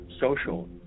social